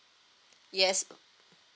yes